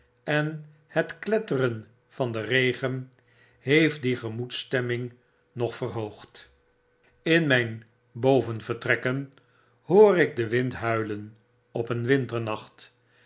en net kletteren van den regen heeft die gemoedsstemming nog verhoogd in myn bovenvertrekken hoor ik den wind huilen op een